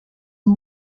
amb